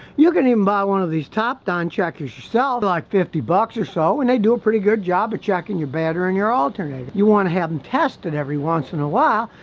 you can even buy one of these topdon checkers yourselves, their like fifty bucks or so and they do a pretty good job of checking your battery and your alternator, you want to have them tested every once in a while,